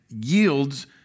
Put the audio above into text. yields